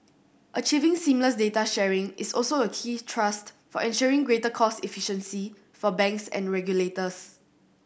achieving seamless data sharing is also a key thrust for ensuring greater cost efficiency for banks and regulators